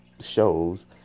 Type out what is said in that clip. shows